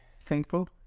thankful